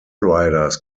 riders